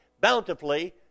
bountifully